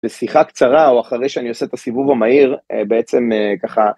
בשיחה קצרה או אחרי שאני עושה את הסיבוב המהיר בעצם ככה.